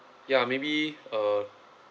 ya maybe uh